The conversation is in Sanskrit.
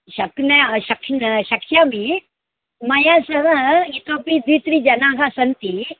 शक्ना शक्य शक्ष्यामि मया सह इतोपि द्वित्रिजनाः सन्ति